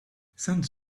send